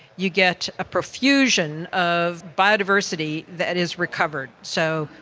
you get a profusion of biodiversity that is recovered. so,